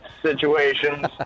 situations